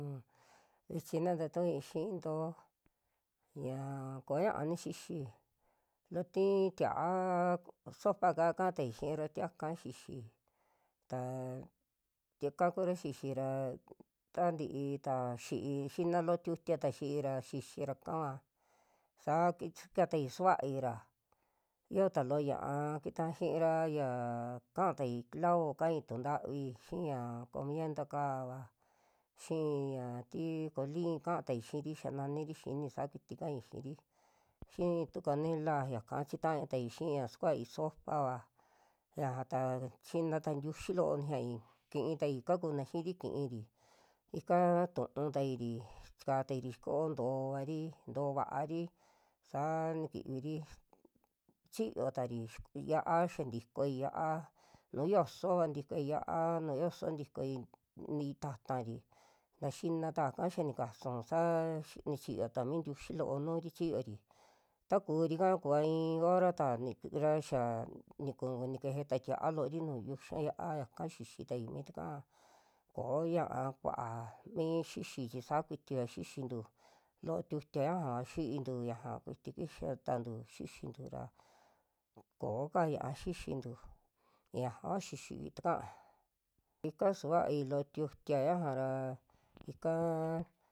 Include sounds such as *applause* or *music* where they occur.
Un vichi na tatu'ui xiinto ña koñaa ni xixii, loo tii tia'a sopa'ka kaa tai xiira tiaka xixi, taa tiaka kua xixi ra taa ntiita xi'i, xina loo tiutia ta xii'ra xixira kava saa kix- xikatai suvaira yoo ta lo'o ña'a kita'a xi'ira yaa ka'atai clavo, ka'ai tu'un ntavi xiña komienta kaava, xii ya ti koliin kaa tai xiiri, xiaa naniri xini saa kuiti ka'ai xiiri, xii tu kanela yaka chita'a tai xiaa sukuai sopava ñajata, xinata tiuyi loo nixiai kiitai kakuna xi'iri kiiri, ika tu'utairi chika tairi xiko'o ntovari, ntoo va'ari saa nikiviri *noise* chiyotari xik yia'a xaa ntikoi yia'a nuu yosova tikoi yia'a, nu yoso tikoi mi ta'tari ta xina taaka xa nikasu sa xin- chiyoota mi ntiuyi loo, nuuri chiyori takuri'ka kuuva i'i hora taa ni xia niku nikeje ta tia'a loori nuu yiuxa yia'a, yaka xixitai mi takaa ko'o ña'a kua'a ni xixi chi sakuitiva xixintu loo tiutia ñaja'va xi'intu ñaja kuiti kixatantu xixintu ra ko'o ka ñiaa xixintu ñajava xixiyu taka, ika suvai loo tiuti ñaja ra ikaa.